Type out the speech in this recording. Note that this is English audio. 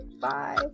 Bye